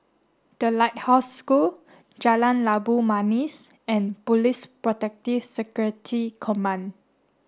the Lighthouse School Jalan Labu Manis and Police Protective Security Command